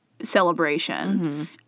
celebration